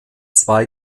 zwei